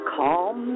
calm